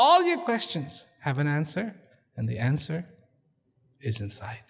all your questions have an answer and the answer is inside